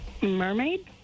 Mermaid